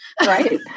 Right